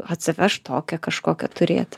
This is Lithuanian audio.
atsivežt tokią kažkokią turėt